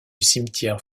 cimetière